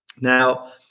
Now